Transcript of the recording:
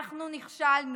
אנחנו נכשלנו,